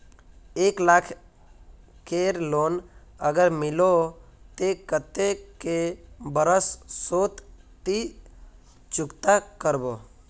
एक लाख केर लोन अगर लिलो ते कतेक कै बरश सोत ती चुकता करबो?